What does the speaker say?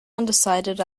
undecided